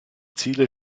ziele